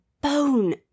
bone